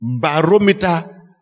Barometer